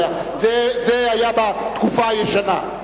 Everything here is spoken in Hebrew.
זה היה בתקופה הישנה.